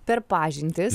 per pažintis